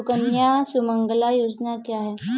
सुकन्या सुमंगला योजना क्या है?